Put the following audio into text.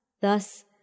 Thus